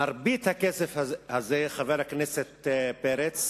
מרבית הכסף הזה, חבר הכנסת פרץ,